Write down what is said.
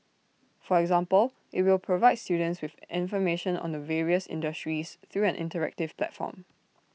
for example IT will provide students with information on the various industries through an interactive platform